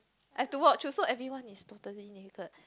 have to watch also everyone is totally naked